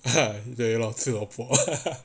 哈对吃萝卜